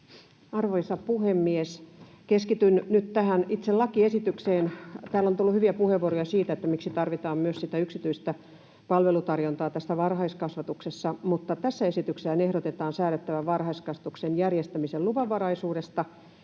Arvoisa puhemies! Keskityn nyt tähän itse lakiesitykseen. Täällä on tullut hyviä puheenvuoroja siitä, miksi tarvitaan myös sitä yksityistä palvelutarjontaa tässä varhaiskasvatuksessa, mutta tässä esityksessähän ehdotetaan säädettävän varhaiskasvatuksen järjestämisen luvanvaraisuudesta,